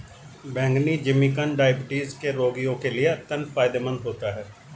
बैंगनी जिमीकंद डायबिटीज के रोगियों के लिए अत्यंत फायदेमंद होता है